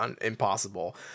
impossible